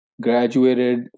graduated